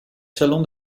salon